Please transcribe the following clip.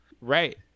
Right